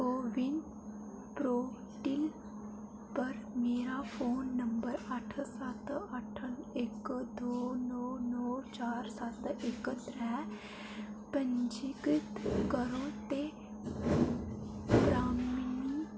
को win portal पर मेरा फोन नंबर अट्ठ सत्त अट्ठ इक दो नौ नौ चार सत्त इक त्रै पंजीकृत करो ते प्रामनी